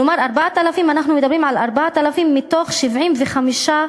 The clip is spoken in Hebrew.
כלומר 4,000. אנחנו מדברים על 4,000 מתוך 75,000,